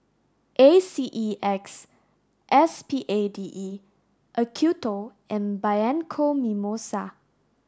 A C E X S P A D E Acuto and Bianco Mimosa